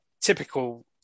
typical